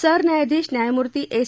सरन्यायाधीश न्यायमूर्ती एस